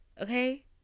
Okay